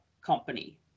company